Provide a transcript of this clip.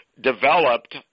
developed